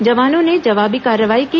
जवानों ने जवाबी कार्रवाई की